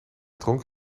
dronk